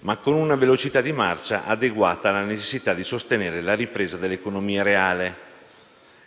ma con una velocità di marcia adeguata alla necessità di sostenere la ripresa dell'economia reale.